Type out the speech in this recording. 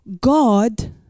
God